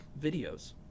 videos